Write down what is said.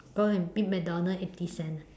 go and eat McDonald eighty cent ah